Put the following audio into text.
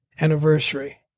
anniversary